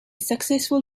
successful